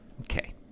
Okay